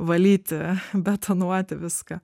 valyti betonuoti viską